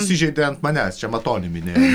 įsižeidė ant manęs čia matonį minėjo